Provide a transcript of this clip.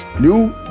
new